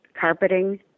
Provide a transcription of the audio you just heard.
carpeting